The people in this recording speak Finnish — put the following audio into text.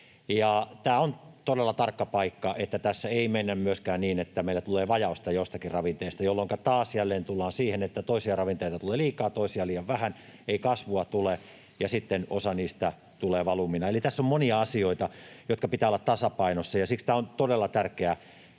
tämä on todella tarkka paikka, että tässä ei mennä myöskään niin, että meillä tulee vajausta joistakin ravinteista, jolloinka taas jälleen tullaan siihen, että toisia ravinteita tulee liikaa, toisia liian vähän, ei kasvua tule ja sitten osa niistä tulee valumina. Eli tässä on monia asioita, joiden pitää olla tasapainossa, ja siksi tämä on todella tärkeä